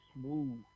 smooth